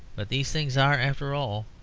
but these things are, after all,